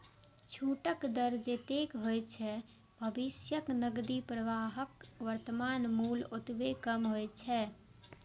छूटक दर जतेक होइ छै, भविष्यक नकदी प्रवाहक वर्तमान मूल्य ओतबे कम होइ छै